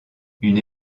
une